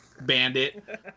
bandit